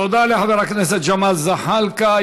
תודה לחבר הכנסת ג'מאל זחאלקה.